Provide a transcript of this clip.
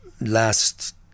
last